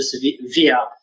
via